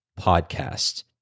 podcast